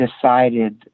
decided